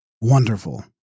Wonderful